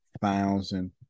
thousand